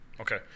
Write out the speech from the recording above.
Okay